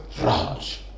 Raj